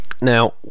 Now